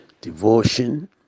Devotion